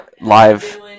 live